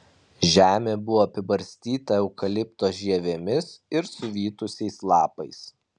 žemė buvo apibarstyta eukalipto žievėmis ir suvytusiais lapais